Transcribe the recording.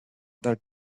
that